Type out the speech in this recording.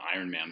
Ironman